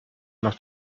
noch